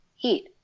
eat